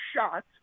shot